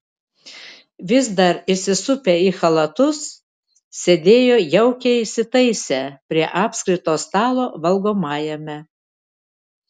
vis dar įsisupę į chalatus sėdėjo jaukiai įsitaisę prie apskrito stalo valgomajame